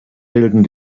bilden